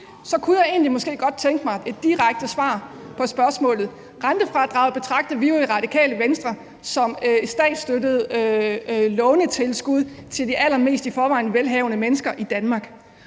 Jeg kunne måske egentlig godt tænke mig et direkte svar på spørgsmålet. Rentefradraget betragter vi jo i Det Radikale Venstre som et statsstøttet lånetilskud til de i forvejen allermest velhavende mennesker i Danmark.